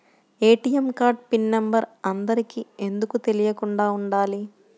ATM pin number అందరికి ఎందుకు తెలియకుండా ఉండాలి?